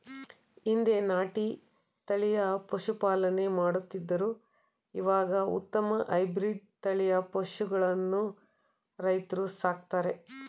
ಹಿಂದೆ ನಾಟಿ ತಳಿಯ ಪಶುಪಾಲನೆ ಮಾಡುತ್ತಿದ್ದರು ಇವಾಗ ಉತ್ತಮ ಹೈಬ್ರಿಡ್ ತಳಿಯ ಪಶುಗಳನ್ನು ರೈತ್ರು ಸಾಕ್ತರೆ